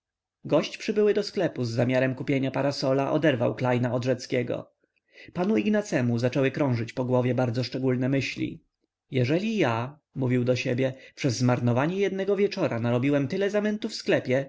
gość przybyły do sklepu z zamiarem kupienia parasola oderwał klejna od rzeckiego panu ignacemu zaczęły krążyć po głowie bardzo szczególne myśli jeżeli ja mówił do siebie przez zmarnowanie jednego wieczora narobiłem tyle zamętu w sklepie